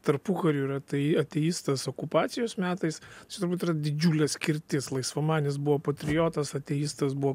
tarpukariu yra tai ateistas okupacijos metais čia turbūt yra didžiulė skirtis laisvamanis buvo patriotas ateistas buvo